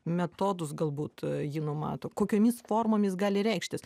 metodus galbūt ji numato kokiomis formomis gali reikštis